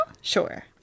sure